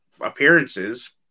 appearances